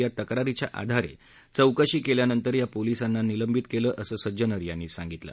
या तक्रारीच्या आधारे चौकशी केल्यानंतर या पोलीसांना निलंबित केलं असं सज्जनर यांनी सांगितलं